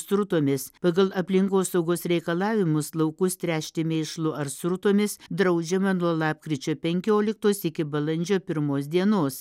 srutomis pagal aplinkosaugos reikalavimus laukus tręšti mėšlu ar srutomis draudžiama nuo lapkričio pekioliktos iki balandžio pirmos dienos